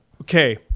okay